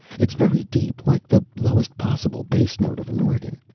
it's very deep, like the lowest possible bass note of an organ.